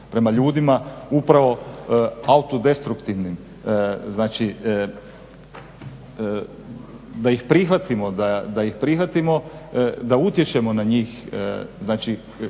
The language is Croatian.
prema ljudima upravo autodestruktivnim, znači da ih prihvatimo, da utječemo na njih kao